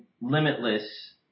Limitless